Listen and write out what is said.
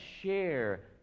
share